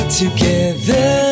together